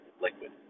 liquid